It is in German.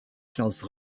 klaus